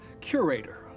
curator